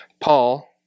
Paul